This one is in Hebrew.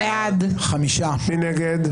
מי נגד?